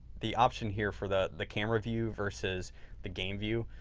the option here for the the camera view versus the game view.